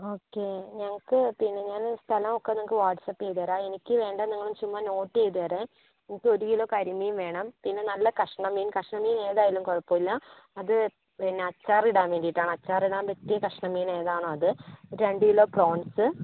okay ഞങ്ങൾക്ക് പിന്നെ ഞാൻ സ്ഥലമൊക്കെ നിങ്ങൾക്ക് വാട്സആപ്പ് ചെയ്ത് തരാം എനിക്ക് വേണ്ടത് നിങ്ങളൊന്ന് ചുമ്മാ നോട്ട് ചെയ്തേരെ എനിക്ക് ഒരു കിലോ കരിമീൻ വേണം പിന്നെ നല്ല കഷ്ണം മീൻ കഷ്ണം മീൻ ഏതായാലും കുഴപ്പമില്ല അത് പിന്നെ അച്ചാറിടാൻ വേണ്ടീട്ടാണ് അച്ചാറിടാൻ പറ്റിയ കഷ്ണം മീൻ ഏതാണോ അത് രണ്ട് കിലോ പ്രോൺസ്